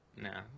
No